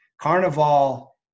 Carnival